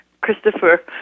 Christopher